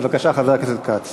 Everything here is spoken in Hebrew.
בבקשה, חבר הכנסת חיים כץ.